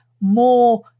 more